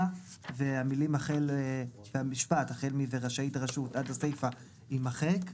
והמילים החל מ "..ורשאית הרשות.." עד הסייפה יימחק.